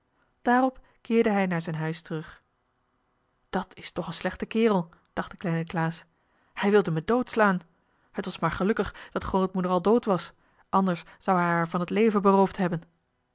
daarop keerde hij naar zijn huis terug dat is toch een slechte kerel dacht de kleine klaas hij wilde mij doodslaan het was maar gelukkig dat grootmoeder al dood was anders zou hij haar van het leven beroofd hebben